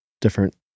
different